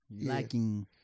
Lacking